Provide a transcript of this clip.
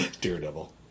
Daredevil